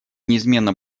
неизменно